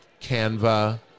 Canva